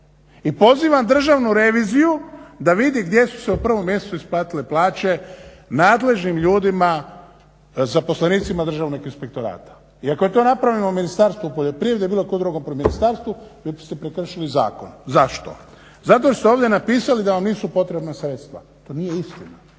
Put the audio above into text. I pozivam državnu reviziju da vidi gdje su se u prvom mjesecu isplatile plaće nadležnim ljudima, zaposlenicima Državnog inspektorata. I ako je to napravljeno u Ministarstvu poljoprivrede ili bilo kojem drugom ministarstvu vi biste prekršili zakon. Zašto? Zato jer ste ovdje napisali da vam nisu potrebna sredstva. To nije istina.